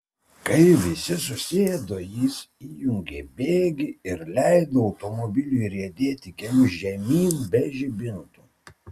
kai visi susėdo jis įjungė bėgį ir leido automobiliui riedėti keliu žemyn be žibintų